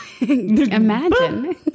imagine